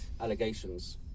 allegations